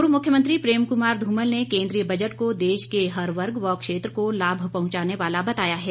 पूर्व मुख्यमंत्री प्रेम कुमार धूमल ने केन्द्रीय बजट को देश के हर वर्ग व क्षेत्र को लाभ पहुंचाने वाला बताया है